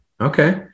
Okay